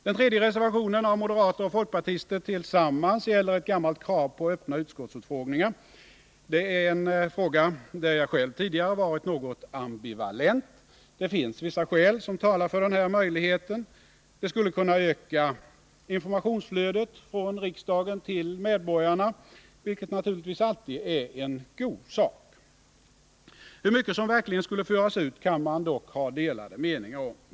Den tredje reservationen av moderater och folkpartister tillsammans gäller ett gammalt krav på öppna utskottsutfrågningar. Det är en fråga där jag själv tidigare varit något ambivalent. Det finns vissa skäl som talar för den här möjligheten. Det skulle kunna öka informationsflödet från riksdagen till medborgarna, vilket naturligtvis alltid är en god sak. Hur mycket som verkligen skulle föras ut kan man dock ha delade meningar om.